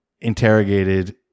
interrogated